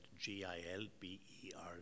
G-I-L-B-E-R